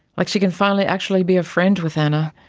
like she can finally actually be a friend with anna.